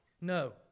No